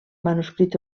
manuscrit